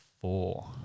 four